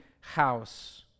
house